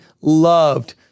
loved